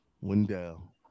Wendell